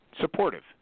supportive